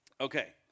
Okay